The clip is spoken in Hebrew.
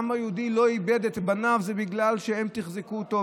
העם היהודי לא איבד את בניו בגלל שהם תחזקו אותו,